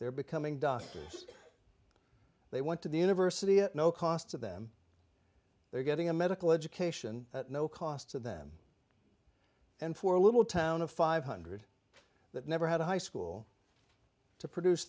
they're becoming doctors they went to the university at no cost to them they're getting a medical education at no cost to them and for a little town of five hundred that never had a high school to produce